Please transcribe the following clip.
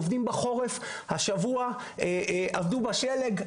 השבוע עבדו בשלג,